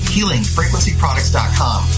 HealingFrequencyProducts.com